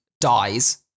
dies